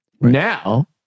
Now